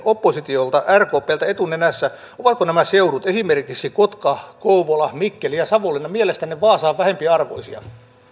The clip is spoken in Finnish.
oppositiolta rkpltä etunenässä ovatko nämä seudut esimerkiksi kotka kouvola mikkeli ja savonlinna ja niiden asukkaat mielestänne vaasaa vähempiarvoisia